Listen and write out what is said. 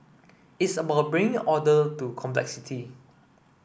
it's about bringing order to complexity